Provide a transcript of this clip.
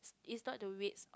it's not the weights